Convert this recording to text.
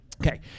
Okay